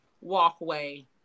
walkway